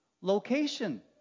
location